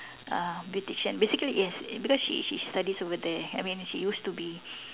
uh beautician basically yes because she she studies over there I mean she used to be